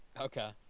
Okay